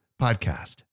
podcast